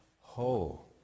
whole